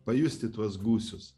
pajusti tuos gūsius